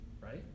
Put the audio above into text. right